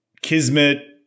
Kismet